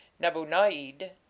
Nabunaid